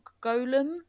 golem